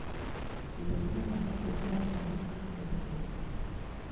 लोनिया वाला बिलवा जामा कर देलहो?